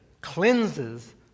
cleanses